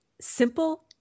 simple